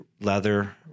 leather